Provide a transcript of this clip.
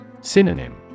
Synonym